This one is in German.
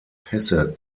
pässe